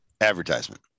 advertisement